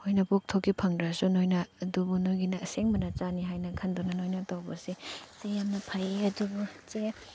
ꯅꯕꯨꯛꯊꯣꯛꯀꯤ ꯐꯪꯗ꯭ꯔꯁꯨ ꯅꯣꯏꯅ ꯑꯗꯨꯕꯨ ꯅꯣꯏꯒꯤꯅ ꯑꯁꯦꯡꯕ ꯅꯆꯥꯅꯤ ꯍꯥꯏꯅ ꯈꯟꯗꯨꯅ ꯅꯣꯏꯅ ꯇꯧꯕꯁꯤ ꯆꯦ ꯌꯥꯝꯅ ꯐꯩꯌꯦ ꯑꯗꯨꯕꯨ ꯆꯦ